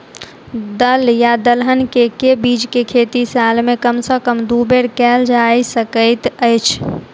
दल या दलहन केँ के बीज केँ खेती साल मे कम सँ कम दु बेर कैल जाय सकैत अछि?